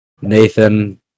Nathan